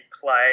play